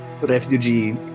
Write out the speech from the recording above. refugee